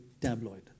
tabloid